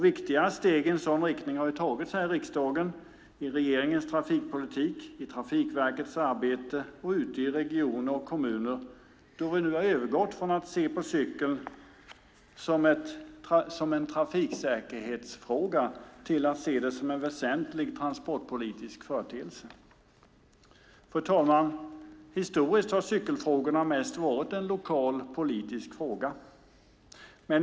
Viktiga steg i en sådan riktning har tagits här i riksdagen, i regeringens trafikpolitik, i Trafikverkets arbete och ute i regioner och kommuner då vi nu övergått från att se på cykeln som en trafiksäkerhetsfråga till att se den som en väsentlig transportpolitisk företeelse. Fru talman! Historiskt har cykelfrågor mest varit en lokal politisk fråga.